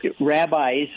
rabbis